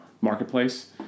marketplace